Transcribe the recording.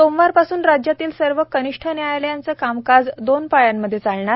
सोमवारपासून राज्यातील सर्व कनिष्ठ न्यायालयांच कामकाज दोन पाळ्यांमध्ये चालणार